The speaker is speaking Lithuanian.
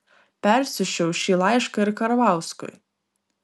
persiųsčiau šį laišką ir karvauskui